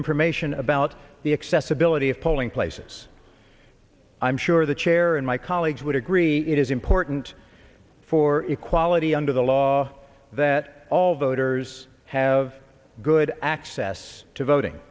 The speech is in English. information about the accessibility of polling places i'm sure the chair and my colleagues would agree it is important for equality under the law that all voters have good access to voting